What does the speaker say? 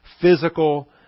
physical